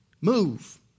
Move